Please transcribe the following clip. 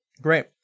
Great